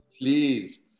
please